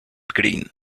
green